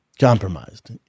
Compromised